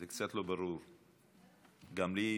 זה קצת לא ברור גם לי.